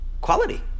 quality